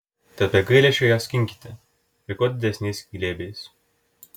tad be gailesčio ją skinkite ir kuo didesniais glėbiais